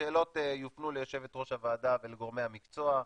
השאלות יופנו ליושבת ראש הוועדה ולגורמי המקצוע,